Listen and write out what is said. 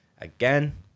again